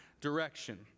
direction